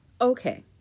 Okay